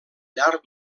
llarg